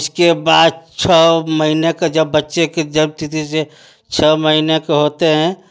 उसके बाद छः महीने के जब बच्चे के जन्मतिथि से छः महीने के होते हैं